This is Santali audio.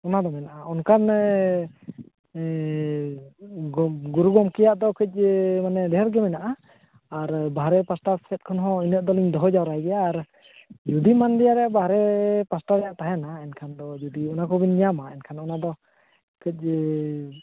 ᱚᱱᱟᱫᱚ ᱢᱮᱱᱟᱜᱼᱟ ᱚᱱᱠᱟᱱ ᱜᱚᱢ ᱜᱩᱨᱩ ᱜᱚᱢᱠᱮᱭᱟᱜ ᱠᱟᱹᱡᱽ ᱢᱟᱱᱮ ᱰᱷᱮᱨᱜᱮ ᱢᱮᱱᱮᱟᱜᱼᱟ ᱟᱨ ᱵᱟᱨᱦᱮ ᱯᱟᱥᱴᱟ ᱥᱮᱫᱠᱷᱚᱱ ᱦᱚᱸ ᱤᱱᱟᱹᱜ ᱫᱚᱞᱤᱧ ᱫᱚᱦᱚ ᱡᱟᱣᱨᱟᱭ ᱜᱮᱭᱟ ᱟᱨ ᱡᱩᱫᱤ ᱢᱟᱱᱞᱤᱭᱟ ᱵᱟᱨᱦᱮ ᱯᱟᱥᱴᱟ ᱨᱮᱭᱟᱜ ᱛᱟᱦᱮᱱᱟ ᱮᱱᱠᱷᱟᱱ ᱫᱚ ᱡᱩᱫᱤ ᱚᱱᱟᱠᱚᱵᱮᱱ ᱧᱟᱢᱟ ᱮᱱᱠᱷᱟᱱ ᱚᱱᱟᱫᱚ ᱠᱟᱹᱡ